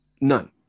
None